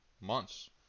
months